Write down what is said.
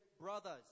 brothers